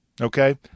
Okay